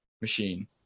machine